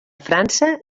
frança